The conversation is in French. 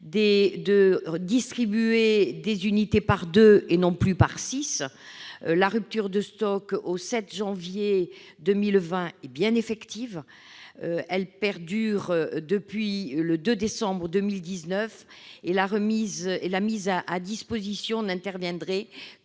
de distribuer les unités par deux et non plus par six, la rupture de stock au 7 janvier 2020 est effective. Elle perdure depuis le 2 décembre 2019 et la remise à disposition n'interviendrait